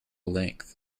length